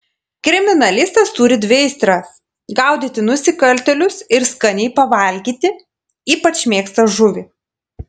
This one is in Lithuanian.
kriminalistas turi dvi aistras gaudyti nusikaltėlius ir skaniai pavalgyti ypač mėgsta žuvį